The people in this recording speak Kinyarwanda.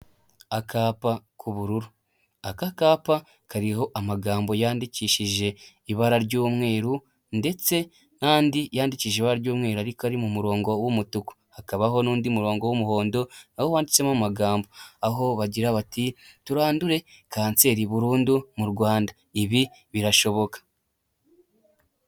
Akapa k'ubururu. Aka kapa kariho amagambo yandikishije ibara ry'umweru, ndetse n'andi yandikishije ibara ry'umweru ariko ari mu murongo w'umutuku, hakabaho n'undi murongo w'umuhondo, aho wanditsemo amagambo aho bagira bati: "Turandure kanseri burundu mu Rwanda, ibi birashoboka."